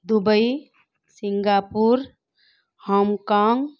Dubai Singapore Hong Kong